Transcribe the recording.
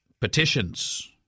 petitions